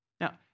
Now